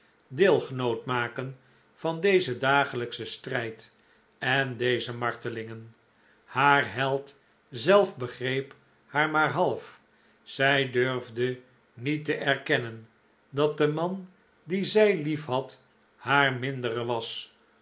deelgenoot maken van dezen dagelijkschen strijd en deze martelingen haar held zelf begreep haar maar half zij durfde niet te erkennen dat de man dien zij lief had haar mindere was